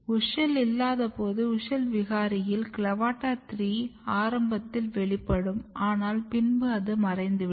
WUSCHEL இல்லாதபோது WUSCHEL விகாரியில் CLAVATA 3 ஆரம்பத்தில் வெளிப்படும் ஆனால் பின்பு அது மறைந்துவிடும்